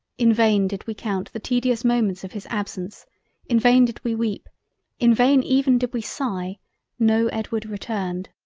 in vain did we count the tedious moments of his absence in vain did we weep in vain even did we sigh no edward returned.